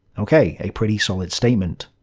okay, a pretty solid statement.